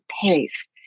pace